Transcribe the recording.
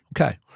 Okay